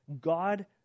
God